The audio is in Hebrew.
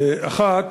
האחת,